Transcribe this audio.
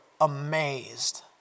amazed